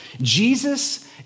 Jesus